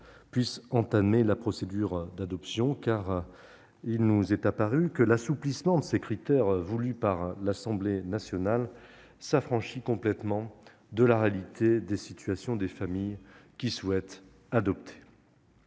puisse entamer la procédure d'adoption. En effet, il nous est apparu que l'assouplissement de ces critères voulu par l'Assemblée nationale s'affranchissait complètement de la réalité des situations des familles qui souhaitaient adopter.